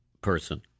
person